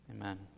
Amen